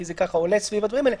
כי זה עולה סביב הדברים האלה.